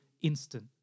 instant